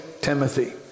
Timothy